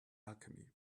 alchemy